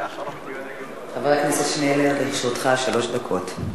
חבר הכנסת שנלר, לרשותך שלוש דקות.